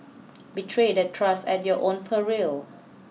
betray that trust at your own peril